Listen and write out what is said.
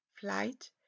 flight